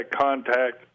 contact